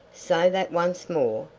say that once more,